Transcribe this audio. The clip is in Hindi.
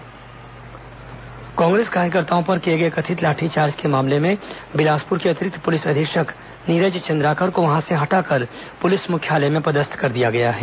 कांग्रेस लाठीचार्ज कांग्रेस कार्यकर्ताओं पर किए गए कथित लाठीचार्ज के मामले में बिलासपुर के अतिरिक्त पुलिस अधीक्षक नीरज चंद्राकर को वहां से हटाकर पुलिस मुख्यालय में पदस्थ कर दिया गया है